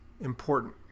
important